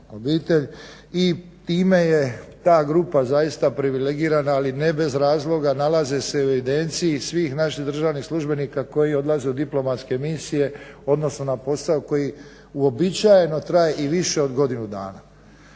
i time je ta grupa zaista privilegirana ali ne bez razloga. Nalaze se u evidenciji svih naših državnih službenika koji odlaze u diplomatske misije, odnosno na posao koji uobičajeno traje i više od godinu dana.